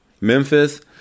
Memphis